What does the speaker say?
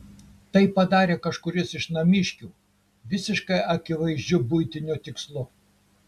tai padarė kažkuris iš namiškių visiškai akivaizdžiu buitiniu tikslu